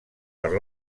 per